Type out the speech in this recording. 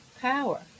power